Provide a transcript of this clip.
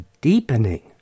deepening